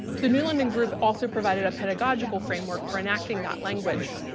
the new london group also provided a pedagogical framework for enacting that language,